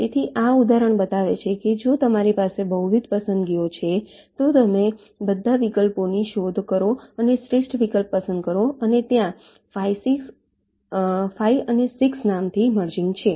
તેથી આ ઉદાહરણ બતાવે છે કે જો તમારી પાસે બહુવિધ પસંદગીઓ છે તો તમે બધા વિકલ્પોની શોધ કરો અને શ્રેષ્ઠ વિકલ્પ પસંદ કરો અને ત્યાં 5 અને 6 નામથી મર્જિંગ છે